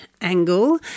angle